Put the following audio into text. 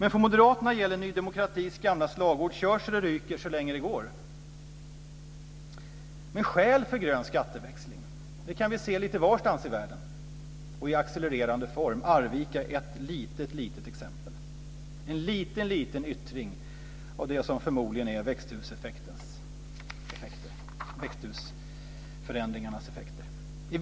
Men för Moderaterna gäller Ny demokratis gamla slagord: Kör så det ryker så länge det går. Men skäl för grön skatteväxling kan vi se lite varstans i världen och i accelererande fart. Arvika är ett litet, litet exempel - en liten, liten yttring av det som förmodligen är växthusförändringarnas effekter.